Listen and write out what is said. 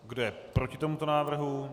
Kdo je proti tomuto návrhu?